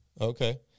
Okay